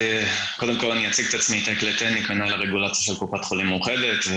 קודם כל אני אציג את עצמי: אני מנהל הרגולציה של קופת חולים מאוחדת.